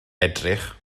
edrych